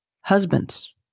Husbands